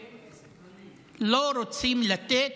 שאנחנו לא רוצים לתת